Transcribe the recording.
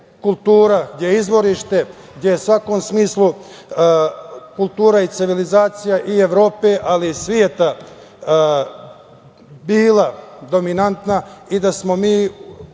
kultura, gde je izvorište, gde je u svakom smislu kultura i civilizacija i Evrope, ali i sveta, bila dominantna i da smo mi